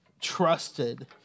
trusted